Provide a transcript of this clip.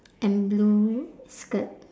and blue skirt